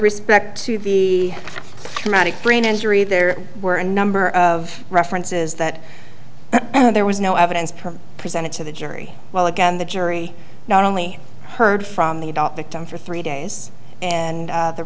respect to be amount of brain injury there were a number of references that there was no evidence presented to the jury well again the jury not only heard from the dock victim for three days and